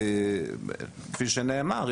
כפי שנאמר,